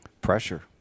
Pressure